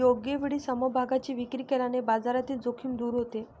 योग्य वेळी समभागांची विक्री केल्याने बाजारातील जोखीम दूर होते